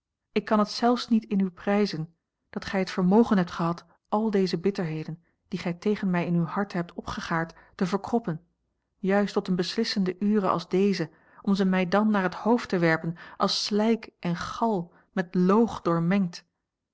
ik kan het zelfs niet in u prijzen dat gij het vermogen hebt gehad al deze bitterheden die gij tegen mij in uw harte hebt opgegaard te verkroppen juist tot eene beslissende ure als deze om ze mij dan naar het hoofd te werpen als slijk en gal met loog